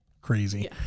crazy